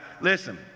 listen